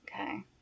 okay